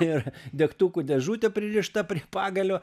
ir degtukų dėžutė pririšta prie pagalio